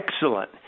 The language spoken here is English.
Excellent